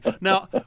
Now